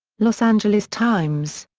los angeles times.